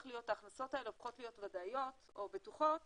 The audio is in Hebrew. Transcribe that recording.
ההכנסות האלה הופכות להיות ודאיות או בטוחות